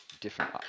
different